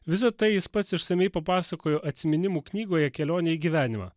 visa tai jis pats išsamiai papasakojo atsiminimų knygoje kelionė į gyvenimą